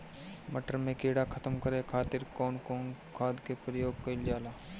मटर में कीड़ा खत्म करे खातीर कउन कउन खाद के प्रयोग कईल जाला?